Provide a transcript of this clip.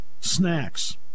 snacks